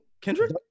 Kendrick